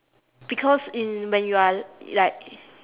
because in when you are like